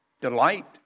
delight